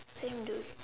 same dude